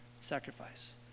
sacrifice